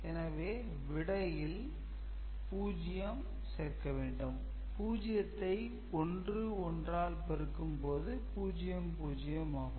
எனவே விடையில் 0 சேர்க்க வேண்டும் 0 ஐ 1 1 ஆல் பெருக்கும் போது 0 0 ஆகும்